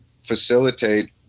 facilitate